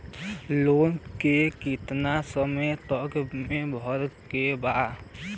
Loan के कितना समय तक मे भरे के बा?